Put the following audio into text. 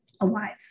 alive